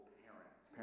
parents